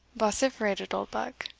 vociferated oldbuck.